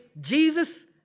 Jesus